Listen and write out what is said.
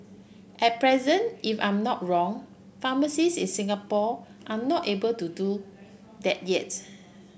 at present if I'm not wrong pharmacists in Singapore are not able to do that yet